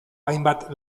hainbat